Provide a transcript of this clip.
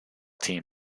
team